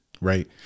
right